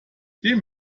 dem